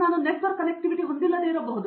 ನಾನು network connectivity ಹೊಂದಿಲ್ಲದಿರಬಹುದು